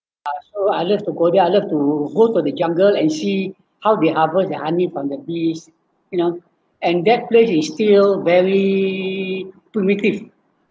ah so I love to go there I love to go to the jungle and see how they harvest the honey from the bees you know and that place is still very primitive